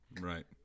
Right